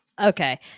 Okay